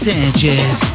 Sanchez